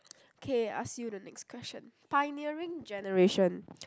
K ask you the next question pioneering generation